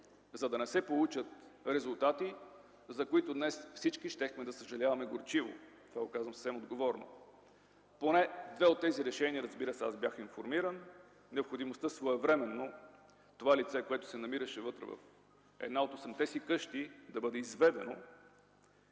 за да не се получат резултати, за които днес всички щяхме да съжаляваме горчиво. Това го казвам съвсем отговорно. Поне за две от тези решения аз бях информиран – необходимостта своевременно това лице, което се намираше вътре в една от осемте си къщи, да бъде изведено